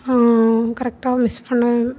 கரெக்ட்டாக மிக்ஸ் பண்ண